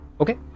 Okay